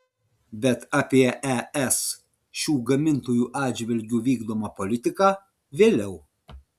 bet apie es šių gamintojų atžvilgiu vykdomą politiką vėliau